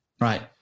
Right